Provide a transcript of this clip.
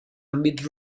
àmbits